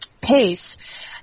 pace